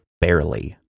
barely